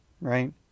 right